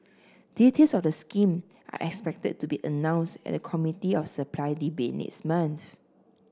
details of the scheme are expected to be announced at the Committee of Supply debate next month